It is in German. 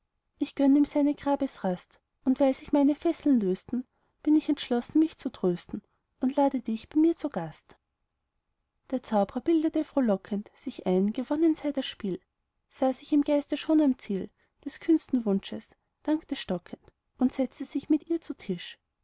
ich gönn ihm seine grabesrast und weil sich meine fesseln lösten bin ich entschlossen mich zu trösten und lade dich bei mir zu gast illustration aladdin holt sich die wunderlampe wieder der zaubrer bildete frohlockend sich ein gewonnen sei das spiel sah sich im geiste schon am ziel des kühnsten wunsches dankte stockend und setzte sich mit ihr zu tisch